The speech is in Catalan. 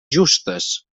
justes